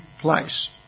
place